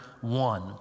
one